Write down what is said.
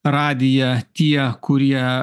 radiją tie kurie